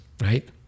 right